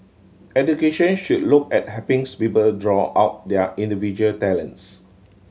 education should look at helpings people draw out their individual talents